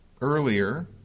earlier